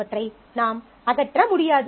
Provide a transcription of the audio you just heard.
அவற்றை நாம் அகற்ற முடியாது